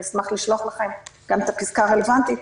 אשמח לשלוח לכם גם את הפסקה הרלוונטית,